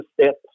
step